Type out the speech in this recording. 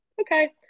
okay